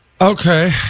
Okay